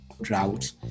Drought